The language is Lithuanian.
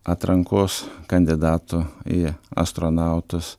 atrankos kandidatų į astronautus